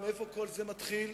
ומאיפה כל זה מתחיל,